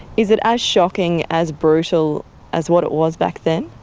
is it as shocking, as brutal as what it was back then?